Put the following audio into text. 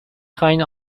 خواین